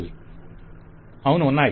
client అవును ఉన్నాయి